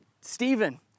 Stephen